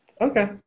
Okay